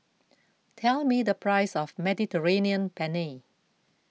tell me the price of Mediterranean Penne